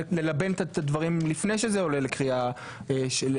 ללבן את הדברים לפני שזה עולה לקריאה שנייה,